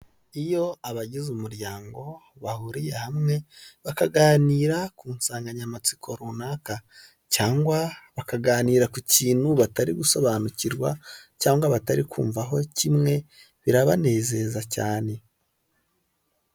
Iyo abagize umuryango bahuriye hamwe bakaganira ku nsanganyamatsiko runaka cyangwa bakaganira ku kintu batari gusobanukirwa cyangwa batari kumvaho kimwe birabanezeza cyane.